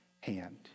hand